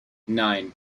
nine